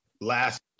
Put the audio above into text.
last